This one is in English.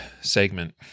segment